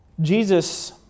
Jesus